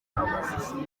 amashusho